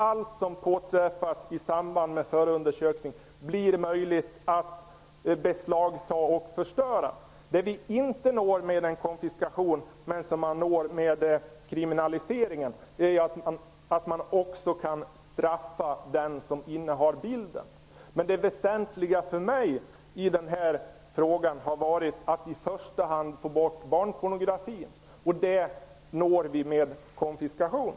Allt som påträffas i samband med en förundersökning kan beslagtas och förstöras. Det vi inte når med hjälp av konfiskation, men som nås med en kriminalisering, är att straffa den som innehar bilden. Det väsentliga för mig i denna fråga har i första hand varit att få bort barnpornografin. Det når vi med konfiskation.